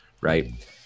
right